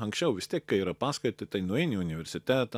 anksčiau vis tiek kai yra paskaita tai nueini į universitetą